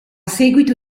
seguito